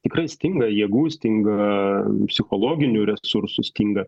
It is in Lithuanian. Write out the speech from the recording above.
tikrai stinga jėgų stinga psichologinių resursų stinga